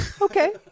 Okay